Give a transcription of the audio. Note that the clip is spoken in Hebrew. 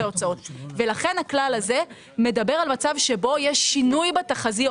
ההוצאות ולכן הכלל הזה מדבר על מצב שבו יש שינוי בתחזיות,